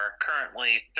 currently